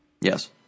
Yes